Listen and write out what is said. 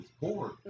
poor